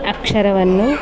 ಅಕ್ಷರವನ್ನು